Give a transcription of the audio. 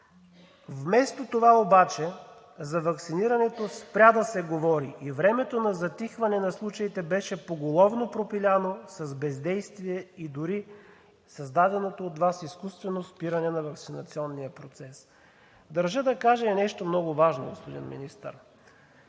Вместо това обаче за ваксинирането спря да се говори и времето на затихване на случаите беше поголовно пропиляно с бездействие и дори създаденото от Вас изкуствено спиране на ваксинационния процес. Държа да кажа и нещо много важно, господин Министър.